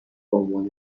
بهعنوان